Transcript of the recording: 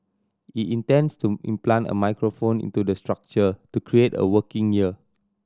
he intends to implant a microphone into the structure to create a working ear